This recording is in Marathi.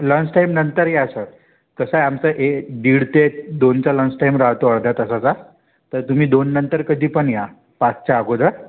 लंचटाईमनंतर या सर कसं आहे आमचं ए दीड ते दोनचा लंचटाईम राहातो अर्ध्या तासाचा तर तुम्ही दोननंतर कधी पण या पाचच्या अगोदर